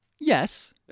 Yes